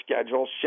schedule